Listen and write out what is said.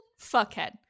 Fuckhead